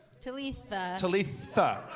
Talitha